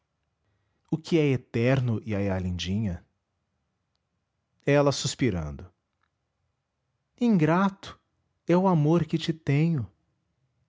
o que é eterno iaiá lindinha ela suspirando ingrato é o amor que te tenho